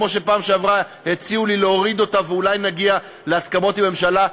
בפעם שעברה הציעו לי להוריד אותו ואולי נגיע להסכמות עם הממשלה.